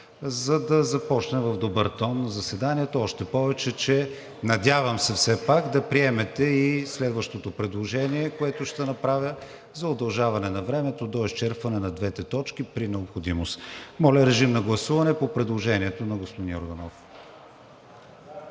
за да започнем в добър тон заседанието. Още повече че надявам се все пак да приемете и следващото предложение, което ще направя, за удължаване на времето до изчерпване на двете точки при необходимост. Моля, режим на гласуване по предложението на господин Йорданов.